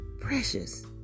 precious